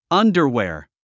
Underwear